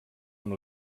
amb